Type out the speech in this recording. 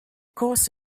course